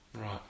Right